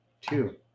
two